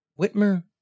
Whitmer